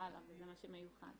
הלאה וזה משהו מיוחד.